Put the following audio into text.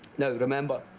now, remember,